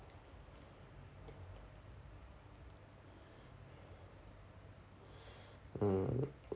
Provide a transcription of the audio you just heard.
mm